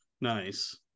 nice